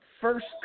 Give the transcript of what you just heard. first